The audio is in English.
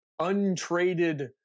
untraded